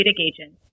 agent